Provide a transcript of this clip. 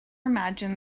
imagined